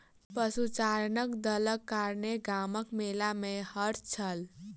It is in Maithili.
पशुचारणक दलक कारणेँ गामक मेला में हर्ष छल